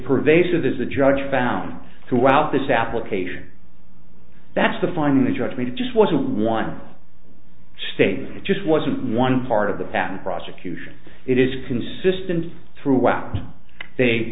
pervasive is the judge found throughout this application that's the finding the judge made it just wasn't one state it just wasn't one part of the patent prosecution it is consistent throughout they